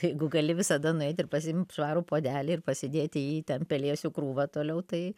jeigu gali visada nueit ir pasiimt švarų puodelį ir pasidėti jį į ten pelėsių krūvą toliau tai